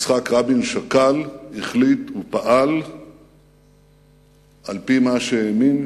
יצחק רבין שקל, החליט ופעל על-פי מה שהאמין